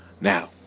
Now